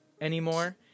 anymore